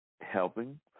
helping